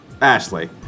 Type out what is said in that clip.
Ashley